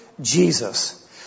Jesus